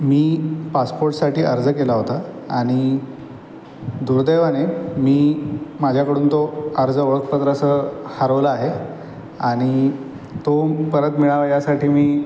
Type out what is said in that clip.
मी पासपोर्टसाठी अर्ज केला होता आणि दुर्दैवाने मी माझ्याकडून तो अर्ज ओळखपत्रासह हरवला आहे आणि तो परत मिळावा यासाठी मी